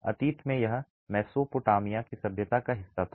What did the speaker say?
अतीत में यह मेसोपोटामिया की सभ्यता का हिस्सा था